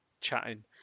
chatting